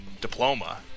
diploma